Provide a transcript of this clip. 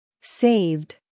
Saved